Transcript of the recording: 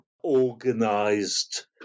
organized